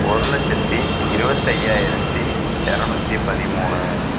ஒரு லட்சத்து இருபத்தி ஐயாயிரத்து இரநூத்தி பதிமூணு